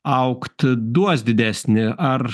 augti duos didesnį ar